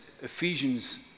Ephesians